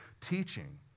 teaching